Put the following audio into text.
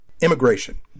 immigration